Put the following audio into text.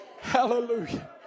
Hallelujah